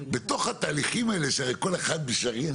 בתוך התהליכים האלה שהרי כל אחד משריין